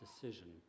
decision